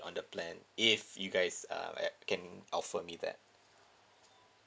on the plan if you guys uh at can offer me that